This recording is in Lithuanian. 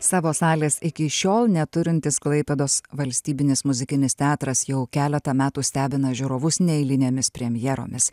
savo salės iki šiol neturintis klaipėdos valstybinis muzikinis teatras jau keletą metų stebina žiūrovus neeilinėmis premjeromis